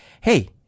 hey